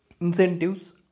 incentives